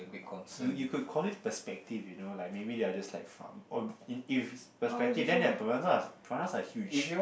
you you could call it perspective you know like maybe they are just like farm if it's perspective then that piranhas piranhas are huge